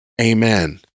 amen